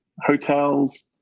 hotels